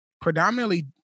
predominantly